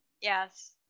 Yes